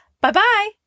Bye-bye